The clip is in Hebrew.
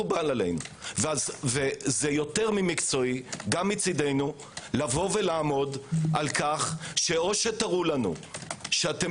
זה יותר ממקצועי גם מצדנו לעמוד על כך שאו שתראו לנו שאתם